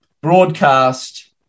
broadcast